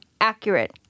accurate